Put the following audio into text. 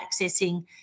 accessing